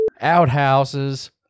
outhouses